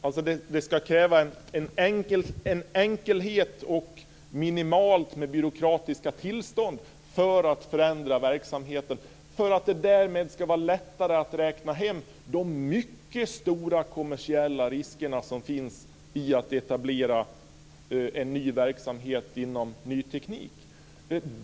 Det ska alltså kräva en enkelhet och minimalt med byråkratiska tillstånd för att förändra verksamheten, för att det därmed ska vara lättare att räkna hem de mycket stora kommersiella risker som finns i att etablera en ny verksamhet inom ny teknik.